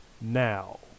now